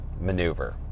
maneuver